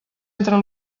entre